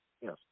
Yes